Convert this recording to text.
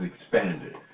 expanded